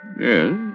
Yes